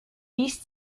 dies